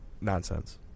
nonsense